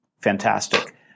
fantastic